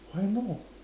why not